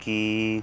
ਕੀ